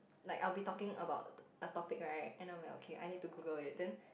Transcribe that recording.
like I'll be talking about a topic right and I'm like okay I need to Google it then